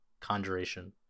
conjuration